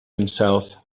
himself